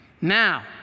Now